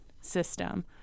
system